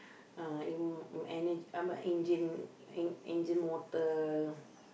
uh an~ ang~ ange~ angel mortal